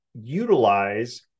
utilize